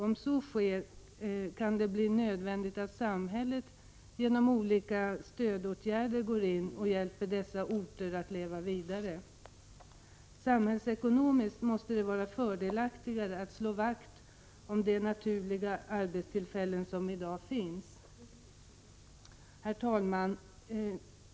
Om så sker, kan det bli nödvändigt att samhället genom olika stödåtgärder går in och hjälper dessa orter att leva vidare. Samhällsekonomiskt måste det vara fördelaktigare att slå vakt om de naturliga arbetstillfällen som i dag finns. Herr talman!